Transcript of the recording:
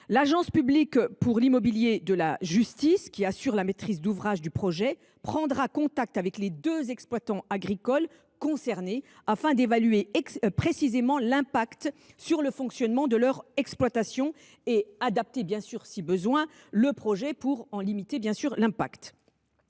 L’Agence publique pour l’immobilier de la justice (Apij), qui assure la maîtrise d’ouvrage du projet, prendra contact avec les deux exploitants agricoles concernés afin d’évaluer précisément l’impact sur le fonctionnement de leur exploitation et d’adapter si besoin le projet pour le limiter. À ce jour, les